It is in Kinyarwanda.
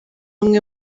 umwe